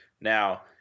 Now